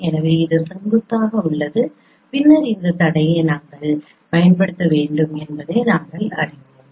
எனவே இது செங்குத்தாக உள்ளது பின்னர் இந்த தடையை நாங்கள் பயன்படுத்த வேண்டும் என்பதை நாங்கள் அறிவோம்